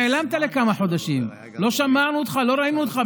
נעלמת לכמה חודשים, לא שמענו אותך, לא ראינו אותך.